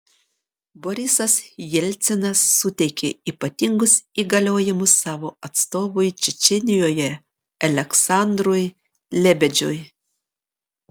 borisas jelcinas suteikė ypatingus įgaliojimus savo atstovui čečėnijoje aleksandrui lebedžiui